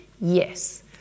Yes